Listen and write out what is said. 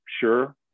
sure